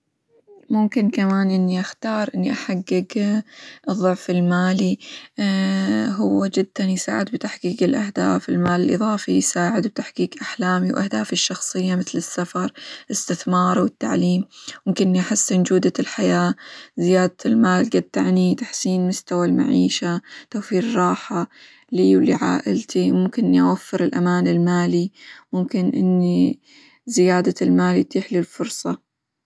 ممكن كمان إني أختار إني أحقق الظعف المالي هو جدًا يساعد بتحقيق الأهداف، المال الإظافي يساعد بتحقيق أحلامي، وأهدافي الشخصية مثل: السفر، الاستثمار، والتعليم، ممكن يحسن جودة الحياة، زيادة المال قد تعني تحسين مستوى المعيشة، توفير راحة لي، ولعائلتي، ممكن إني أوفر الأمان المالي، ممكن إني زيادة المال يتيح لي الفرصة.